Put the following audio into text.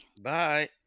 bye